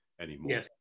anymore